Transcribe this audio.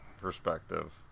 perspective